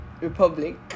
republic